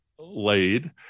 laid